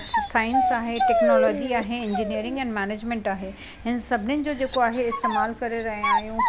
science आहे technology आहे engineering ऐं मैनेजमेंट आहे हिननि सभिनिनि जो जेको आहे इस्तेमालु करे रहिया आहियूं